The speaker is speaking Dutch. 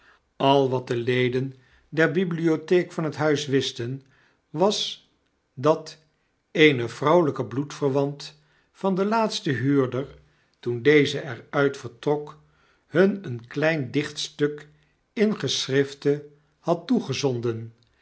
al wat de leden der bibliotheek vanhethuis wisten was dat eene vrouwelyke bloedverwant van den laatsten huurder toen deze er nit vertrok hun een klein dichtstuk in geschrifte had toegezonden